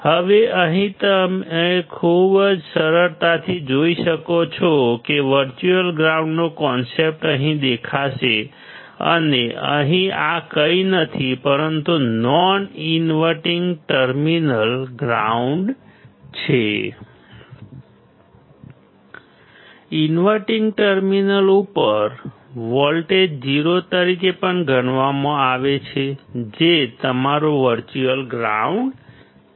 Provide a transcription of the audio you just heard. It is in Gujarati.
હવે અહીં તમે ખૂબ જ સરળતાથી જોઈ શકો છો કે વર્ચ્યુઅલ ગ્રાઉન્ડનો કોન્સેપ્ટ અહીં દેખાશે અને અહીં આ કંઈ નથી પરંતુ નોન ઇન્વર્ટીંગ ટર્મિનલ ગ્રાઉન્ડ છે ઇન્વર્ટીંગ ટર્મિનલ ઉપર વોલ્ટેજને 0 તરીકે પણ ગણવામાં આવે છે જે તમારું વર્ચ્યુઅલ ગ્રાઉન્ડ છે